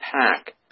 Pack